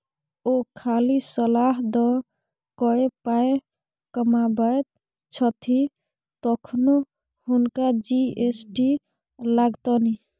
ओ खाली सलाह द कए पाय कमाबैत छथि तखनो हुनका जी.एस.टी लागतनि